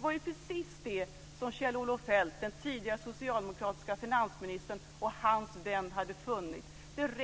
Det var precis detta som Kjell-Olof Feldt, den tidigare socialdemokratiska finansministern, och hans vän hade funnit. Det inte